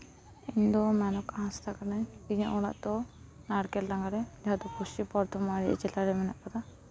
ᱤᱧ ᱫᱚ ᱢᱮᱱᱚᱠᱟ ᱦᱟᱸᱥᱫᱟ ᱠᱟᱹᱱᱟᱹᱧ ᱤᱧᱟᱹᱜ ᱚᱲᱟᱜ ᱫᱚ ᱱᱟᱲᱠᱮᱞ ᱰᱟᱸᱜᱟ ᱨᱮ ᱡᱟᱦᱟᱸ ᱫᱚ ᱯᱚᱥᱪᱤᱢ ᱵᱚᱨᱫᱷᱚᱢᱟᱱ ᱡᱮᱞᱟᱨᱮ ᱢᱮᱱᱟᱜ ᱠᱟᱫᱟ